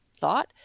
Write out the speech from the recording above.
thought